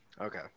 okay